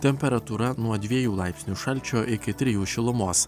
temperatūra nuo dviejų laipsnių šalčio iki trijų šilumos